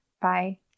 Bye